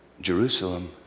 Jerusalem